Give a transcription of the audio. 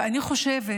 ואני חושבת